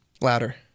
Louder